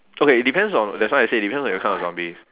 okay it depends on that's why I said depends on which kind of zombies